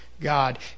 God